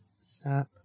Stop